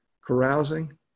Carousing